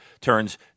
Turns